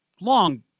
Long